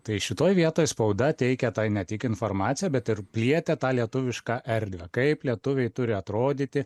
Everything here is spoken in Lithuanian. tai šitoj vietoj spauda teikė tai ne tik informaciją bet ir plietė tą lietuvišką erdvę kaip lietuviai turi atrodyti